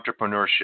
entrepreneurship